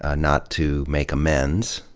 ah not to make amends.